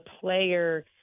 player